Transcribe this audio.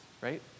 right